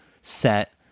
set